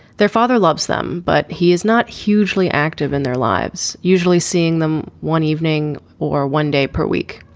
their father loves them but he is not hugely active in their lives. usually seeing them one evening or one day per week.